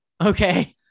Okay